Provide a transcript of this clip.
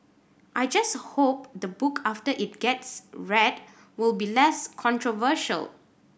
I just hope the book after it gets read will be less controversial